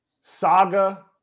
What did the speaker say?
saga